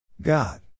God